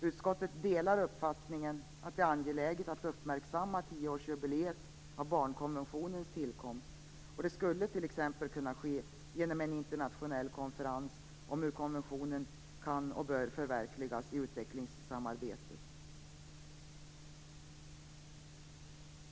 Utskottet delar uppfattningen att det är angeläget att uppmärksamma tioårsjubileet av barnkonventionens tillkomst. Det skulle t.ex. kunna ske genom en internationell konferens om hur konventionen kan och bör förverkligas i utvecklingssamarbetet.